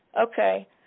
Okay